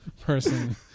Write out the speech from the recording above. person